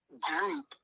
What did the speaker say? group